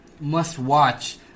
must-watch